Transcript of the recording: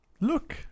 look